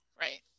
Right